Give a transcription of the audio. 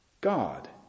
God